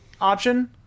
option